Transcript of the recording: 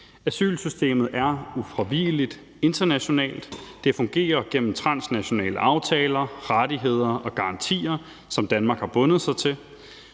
Asylsystemet er ufravigeligt internationalt, det fungerer gennem transnationale aftaler, rettigheder og garantier, som Danmark har bundet sig til.